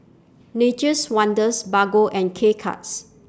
Nature's Wonders Bargo and K Cuts